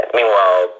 Meanwhile